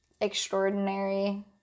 extraordinary